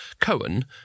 Cohen